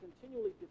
continually